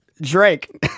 drake